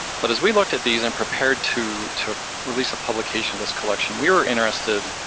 but as we looked at these and prepared to to release a publication of this collection, we were interested